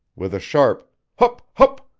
with a sharp hup, hup,